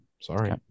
Sorry